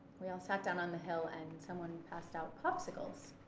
we all sat down on the hill and someone passed out popsicles,